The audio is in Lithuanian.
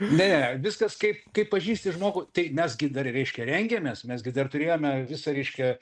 ne viskas kaip kaip pažįsti žmogų tai mes gi dar reiškia rengiamės mes gi dar turėjome visą reiškia